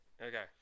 Okay